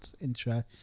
intro